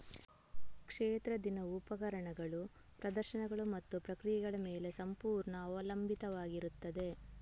ಕ್ಷೇತ್ರ ದಿನವು ಉಪಕರಣಗಳು, ಪ್ರದರ್ಶನಗಳು ಮತ್ತು ಪ್ರಕ್ರಿಯೆಗಳ ಮೇಲೆ ಸಂಪೂರ್ಣ ಅವಲಂಬಿತವಾಗಿರುತ್ತದೆ